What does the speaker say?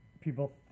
people